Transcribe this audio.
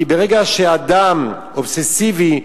כי ברגע שאדם אובססיבי,